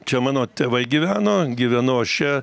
čia mano tėvai gyveno gyvenu aš čia